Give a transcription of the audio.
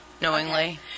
knowingly